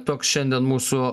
toks šiandien mūsų